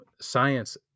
science